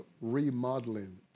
remodeling